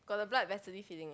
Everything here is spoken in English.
got the vessely feeling eh